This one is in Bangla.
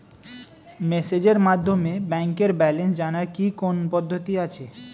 মেসেজের মাধ্যমে ব্যাংকের ব্যালেন্স জানার কি কোন পদ্ধতি আছে?